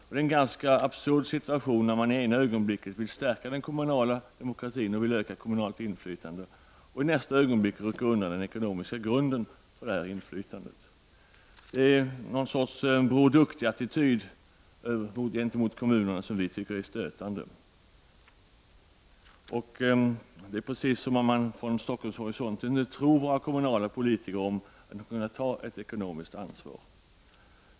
Det är en ganska absurd situation att man i ena ögonblicket vill stärka den kommunala demokratin och öka det kommunala inflytandet och i nästa ögonblick rycka undan den ekonomiska grunden för det inflytandet. Det är någon sorts Bror Duktig-attityd gentemot kommunerna som vi tycker är stötande. Det är precis som om det från Stockholms horisont inte skulle finnas någon tilltro till kommunalpolitikers förmåga att ta ett ekonomiskt ansvar.